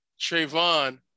Trayvon